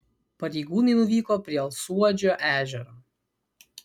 pareigūnai nuvyko prie alsuodžio ežero